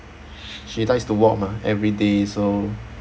she likes to walk mah every day so